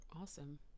Awesome